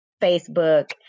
Facebook